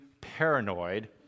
paranoid